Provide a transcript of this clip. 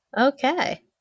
okay